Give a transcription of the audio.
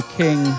king